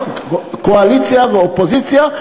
קואליציה ואופוזיציה,